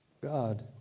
God